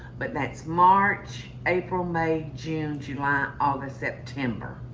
but that's march, april, may, june, july, august, september,